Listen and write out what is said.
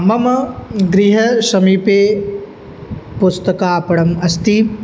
मम गृहसमीपे पुस्तकापणम् अस्ति